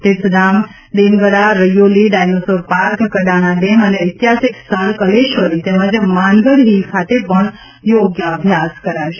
તીર્થધામ દેમગડા Raiyoli dinosaur park Kadana dam અને ઐતિસિક સ્થળ ક્લેશ્વરી તેમજ માનગઢ હીલ ખાતે યોગ અભ્યાસ કરશે